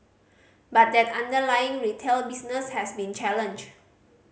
but that underlying retail business has been challenged